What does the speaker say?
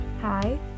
Hi